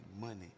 money